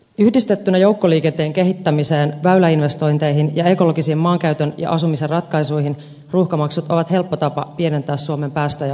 yhdistettynä joukkoliikenteen kehittämiseen väyläinvestointeihin ja ekologisiin maankäytön ja asumisen ratkaisuihin ruuhkamaksut ovat helppo tapa pienentää suomen päästöjä merkittävästi